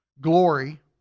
glory